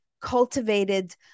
cultivated